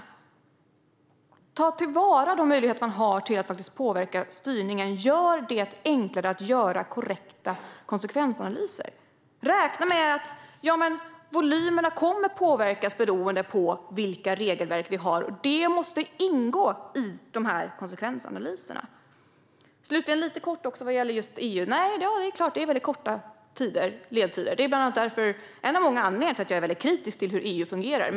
Man ska ta till vara de möjligheter man har att påverka styrningen: Gör det enklare att göra korrekta konsekvensanalyser! Man måste räkna med att volymerna kommer att påverkas beroende på vilka regelverk vi har. Det måste ingå i konsekvensanalyserna. Slutligen ska jag säga något om detta med EU. Det är väldigt korta ledtider. Det är en av många anledningar till att jag är kritisk mot hur EU fungerar.